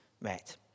met